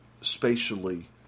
spatially